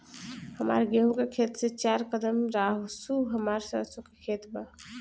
हमार गेहू के खेत से चार कदम रासु हमार सरसों के खेत बा